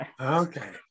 Okay